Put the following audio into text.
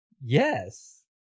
Yes